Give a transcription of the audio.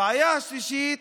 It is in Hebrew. הבעיה השלישית,